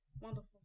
Wonderful